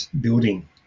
building